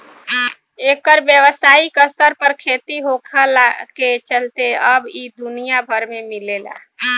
एकर व्यावसायिक स्तर पर खेती होखला के चलते अब इ दुनिया भर में मिलेला